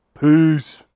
Peace